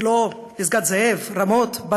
גילה, פסגת זאב, רמות.